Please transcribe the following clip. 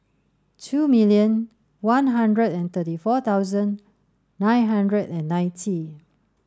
two million one hundred and thirty four thousand nine hundred and ninety